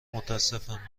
متأسفانه